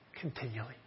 continually